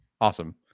Awesome